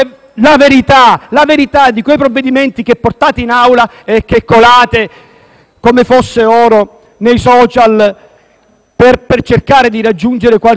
come fossero oro nei *social* per cercare di raggiungere qualche punto in più nei sondaggi, mentre il Paese affonda sempre di più.